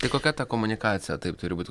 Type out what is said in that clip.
tai kokia ta komunikacija taip turi būti